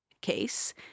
case